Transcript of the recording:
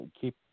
keep